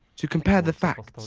to compare the facts.